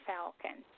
Falcon